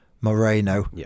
Moreno